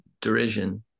derision